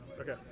Okay